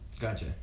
gotcha